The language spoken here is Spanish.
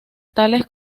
tales